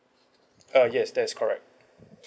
uh yes that is correct